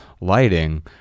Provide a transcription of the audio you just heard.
lighting